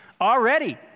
Already